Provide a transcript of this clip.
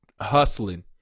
hustling